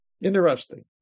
Interesting